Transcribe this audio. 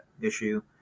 issue